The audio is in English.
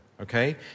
Okay